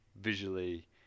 visually